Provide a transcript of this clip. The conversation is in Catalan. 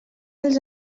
els